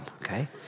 okay